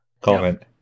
comment